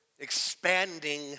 Expanding